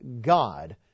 God